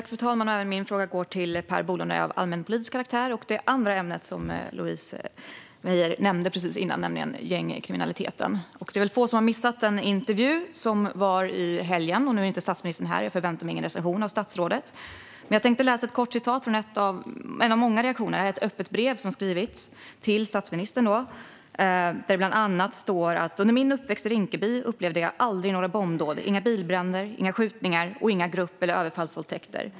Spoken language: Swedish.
Fru talman! Min fråga går till Per Bolund och är av allmänpolitisk karaktär. Den berör det andra ämne som Louise Meijer nämnde innan, nämligen gängkriminaliteten. Det är väl få som har missat den intervju med statsministern som visades i helgen. Statsministern är inte här nu, och jag förväntar mig ingen recension från statsrådet. Men jag tänkte läsa upp några rader ur ett öppet brev till statsministern som är en av många reaktioner som har kommit. Bland annat står det: Under min uppväxt i Rinkeby upplevde jag aldrig några bombdåd, inga bilbränder, inga skjutningar och inga grupp eller överfallsvåldtäkter.